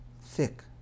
thick